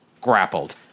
Grappled